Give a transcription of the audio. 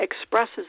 expresses